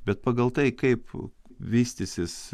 bet pagal tai kaip vystysis